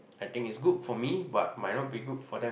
I think is good for me but might not be good for them